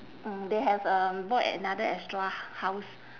mm they have um bought another extra house